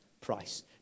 price